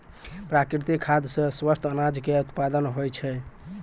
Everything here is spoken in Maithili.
प्राकृतिक खाद सॅ स्वस्थ अनाज के उत्पादन होय छै